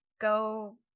go